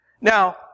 Now